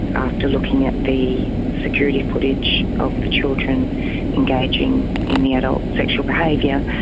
after looking at the security footage of the children engaging in the adult sexual behaviour,